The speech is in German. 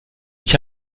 ich